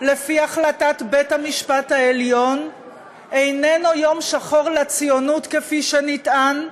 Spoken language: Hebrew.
לפי החלטת בית-המשפט העליון איננו יום שחור לציונות כפי שנטען,